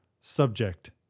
Subject